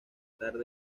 tarde